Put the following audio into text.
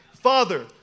Father